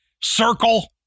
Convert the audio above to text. circle